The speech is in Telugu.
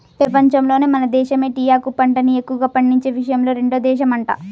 పెపంచంలోనే మన దేశమే టీయాకు పంటని ఎక్కువగా పండించే విషయంలో రెండో దేశమంట